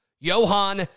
Johan